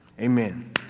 Amen